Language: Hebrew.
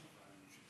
סגן השר יצחק כהן.